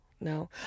no